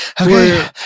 Okay